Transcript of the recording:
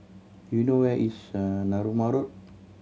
do you know where is Narooma Road